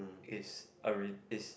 is alrea~ is